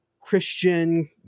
christian